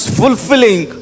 fulfilling